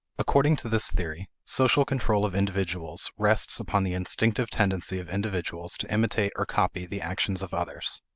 according to this theory, social control of individuals rests upon the instinctive tendency of individuals to imitate or copy the actions of others.